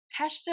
hashtag